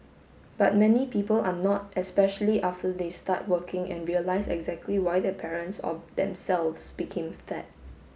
but many people are not especially after they start working and realise exactly why their parents or themselves became fat